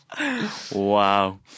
Wow